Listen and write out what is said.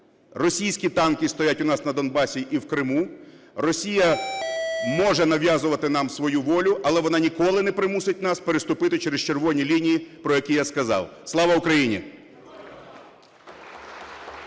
Російські танки стоять у нас на Донбасі і в Криму. Росія може нав'язувати нам свою волю, але вона ніколи не примусить нас переступити через червоні лінії, про які я сказав. Слава Україні!